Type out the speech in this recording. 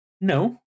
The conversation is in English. No